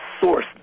source